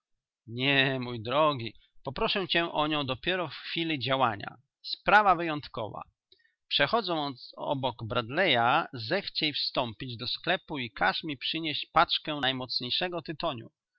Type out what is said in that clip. nie mój drogi poproszę cię o nią dopiero w chwili działania sprawa wyjątkowa przechodząc obok bradleya zechciej wstąpić do sklepu i każ mi przynieść paczkę najmocniejszego tytoniu